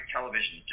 Television